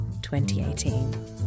2018